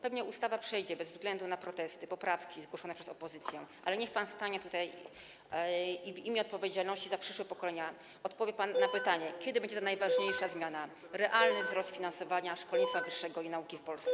Pewnie ustawa przejdzie bez względu na protesty i poprawki zgłoszone przez opozycję, ale niech pan stanie tutaj i w imię odpowiedzialności za przyszłe pokolenia odpowie na pytanie: Kiedy będzie ta najważniejsza zmiana, tj. realny wzrost finansowania szkolnictwa wyższego i nauki w Polsce?